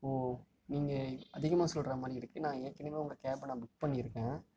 ஓ நீங்கள் அதிகமாக சொல்கிறா மாதிரி இருக்குது நான் ஏற்கனவே உங்கள் கேபை நான் புக் பண்ணியிருக்கேன்